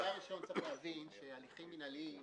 דבר ראשון צריך להבין שהליכים מנהליים,